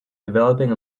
developing